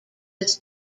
was